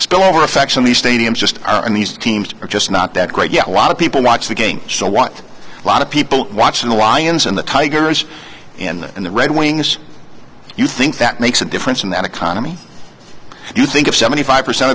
spillover effects on the stadiums just and these teams are just not that great yeah a lot of people watch the game so what a lot of people watching the lions and the tigers in the in the red wings you think that makes a difference in that economy you think of seventy five percent